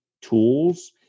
tools